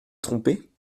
trompée